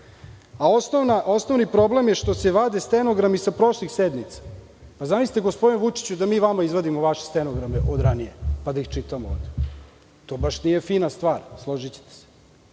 a osnovni problem je što se vade stenogrami sa prošlih sednica. Zamislite, gospodine Vučiću, da mi vama izvadimo vaše stenograme od ranije, pa da ih čitamo ovde? To baš nije fina stvar, složićete se.